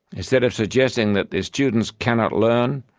instead of suggesting that their students cannot learn,